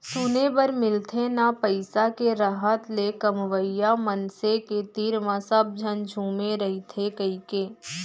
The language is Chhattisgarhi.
सुने बर मिलथे ना पइसा के रहत ले कमवइया मनसे के तीर म सब झन झुमे रइथें कइके